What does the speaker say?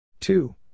Two